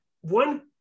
one